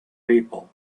people